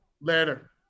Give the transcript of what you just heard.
Later